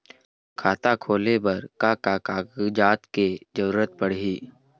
खाता खोले बर का का कागजात के जरूरत पड़ही?